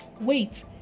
Wait